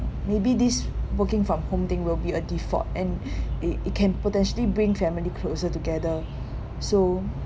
maybe this working from home thing will be a default and it it can potentially bring family closer together so